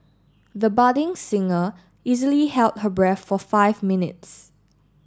the budding singer easily held her breath for five minutes